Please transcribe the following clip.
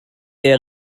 der